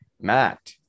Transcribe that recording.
matt